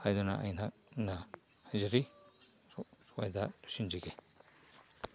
ꯍꯥꯏꯗꯨꯅ ꯑꯩꯅ ꯍꯥꯏꯖꯔꯤ ꯁ꯭ꯋꯥꯏꯗ ꯂꯣꯏꯁꯤꯟꯖꯒꯦ